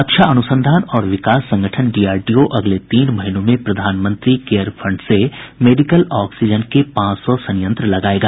रक्षा अन्संधान और विकास संगठन डीआरडीओ अगले तीन महीनों में प्रधानमंत्री केयर फण्ड से मेडिकल ऑक्सीजन के पांच सौ संयंत्र लगाएगा